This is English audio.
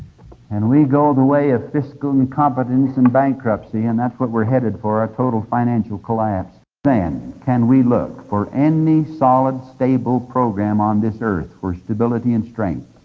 and we go the way of fiscal incompetence and bankruptcy, and that's what we're headed for, a total financial collapse, then can we look for any solid, stable program on this earth for stability and strength?